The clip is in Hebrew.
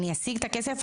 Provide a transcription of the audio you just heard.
אני אשיג את הכסף,